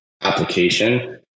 application